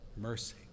Mercy